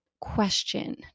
question